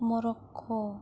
Morocco